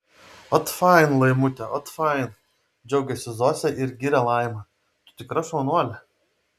ot fain laimute ot fain džiaugiasi zosė ir giria laimą tu tikra šaunuolė